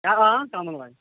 ہے آ کَمَل والیٚن